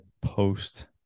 post